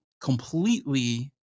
completely